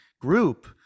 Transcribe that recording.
group